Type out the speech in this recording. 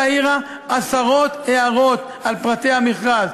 ועדת השמיטה העירה עשרות הערות על פרטי המכרז.